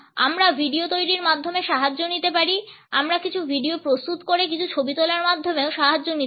আমরা ভিডিও তৈরির মাধ্যমে সাহায্য নিতে পারি আমরা কিছু ভিডিও প্রস্তুত করে কিছু ছবি তোলার মাধ্যমেও সাহায্য নিতে পারি